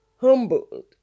humbled